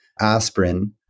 Aspirin